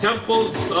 Temples